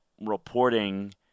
reporting